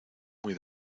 muy